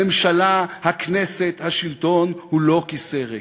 הממשלה, הכנסת, השלטון, הוא לא כיסא ריק.